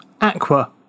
Aqua